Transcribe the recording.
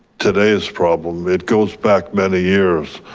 today's problem, it goes back many years.